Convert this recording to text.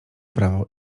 prawo